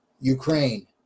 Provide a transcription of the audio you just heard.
Ukraine